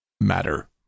matter